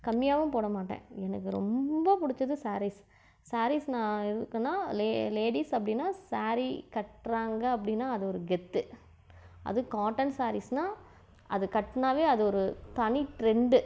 கம்மியாகவும் போட மாட்டேன் எனக்கு ரொம்ப பிடிச்சது ஸாரீஸ் ஸாரீஸ்னா எதுக்குனா லே லேடிஸ் அப்படின்னா ஸாரீ கட்டுறாங்க அப்படின்னா அது ஒரு கெத்து அதுவும் காட்டன் ஸாரீஸ்னா அது கட்டுனாவே அது ஒரு தனி ட்ரெண்டு